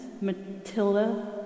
Matilda